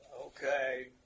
Okay